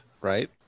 right